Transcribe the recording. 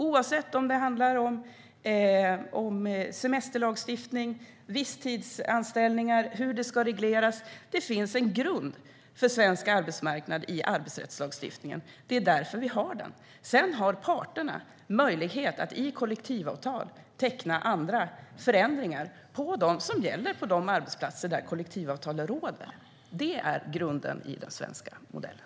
Oavsett om det handlar om semesterlagstiftning, visstidsanställningar och hur det ska regleras finns det en grund för svensk arbetsmarknad i arbetsrättslagstiftningen. Det är därför vi har den. Sedan har parterna möjlighet att i kollektivavtal teckna förändringar som gäller på de arbetsplatser där kollektivavtal råder. Detta är grunden i den svenska modellen.